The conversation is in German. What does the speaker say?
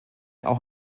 auch